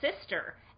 sister